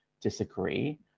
disagree